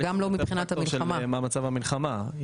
זה תלוי מה מצב המלחמה.